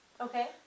Okay